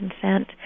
consent